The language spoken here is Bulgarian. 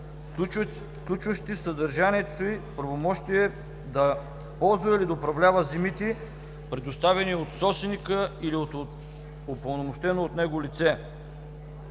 включващи в съдържанието си правомощие да ползва или да управлява земите, предоставени от собственика или от упълномощено от него лице;